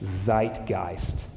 zeitgeist